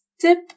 tip